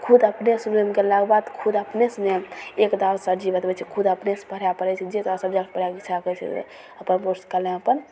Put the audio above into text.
खुद अपने से ओहिमे गेलाके बाद खुद अपने से नहि एकदा सरजी बतबै छै खुद अपने से पढ़ै पड़ै छै जे तोरा सबजेक्ट पढ़ैके इच्छा करै छै आओर तब पुस्तकालयमे अपन